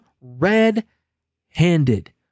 red-handed